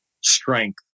strength